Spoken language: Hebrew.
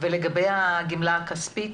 לגבי הגימלה הכספית,